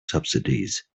subsidies